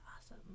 awesome